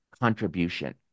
contribution